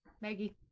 Maggie